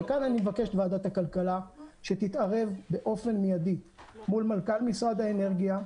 וכאן אני מבקש מוועדת הכלכלה שתתערב באופן מידי מול מנכ"ל משרד האנרגיה,